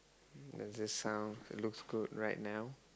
does this sound it looks good right now